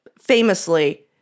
famously